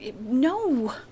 no